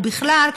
או בכלל,